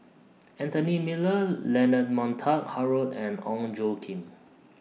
Anthony Miller Leonard Montague Harrod and Ong Tjoe Kim